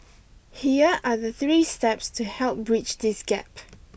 here are the three steps to help bridge this gap